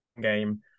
Game